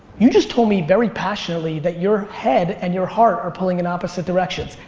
you just told me very passionately that your head and your heart are pulling in opposite directions.